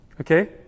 Okay